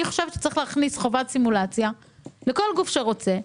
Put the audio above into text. אני חושבת שצריך להכניס חובת סימולציה לכל גוף שרוצה,